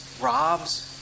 robs